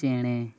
ᱪᱮᱬᱮ